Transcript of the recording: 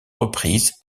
reprise